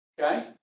Okay